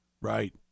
Right